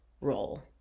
role